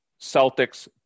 Celtics